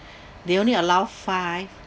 they only allow five